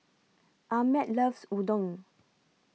Ahmed loves Udon